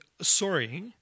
sorry